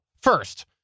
First